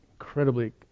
incredibly